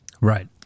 Right